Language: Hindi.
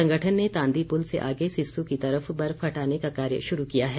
संगठन ने तांदी पुल से आगे सिस्सु की तरफ बर्फ हटाने का कार्य शुरू किया है